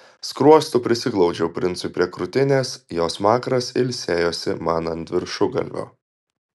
skruostu prisiglaudžiau princui prie krūtinės jo smakras ilsėjosi man ant viršugalvio